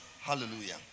hallelujah